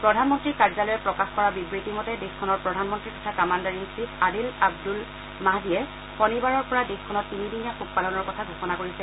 প্ৰধানমন্ত্ৰীৰ কাৰ্যালয়ে প্ৰকাশ কৰা বিবৃতি মতে দেশখনৰ প্ৰধানমন্ত্ৰী তথা commander in chief Adil Abdul মাহদিয়ে শণিবাৰৰ পৰা দেশখনত তিনিদিনীয়া শোক পালনৰ কথা ঘোষণা কৰিছে